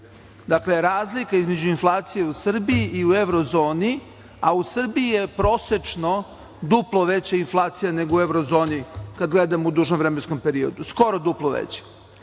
Dakle, razlika između inflacije u Srbiji i Evrozoni, a u Srbiji je prosečno duplo veća inflacija nego u Evrozoni kada gledamo u dužem vremenskom periodu, skoro duplo veća.